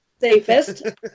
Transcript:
Safest